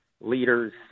leaders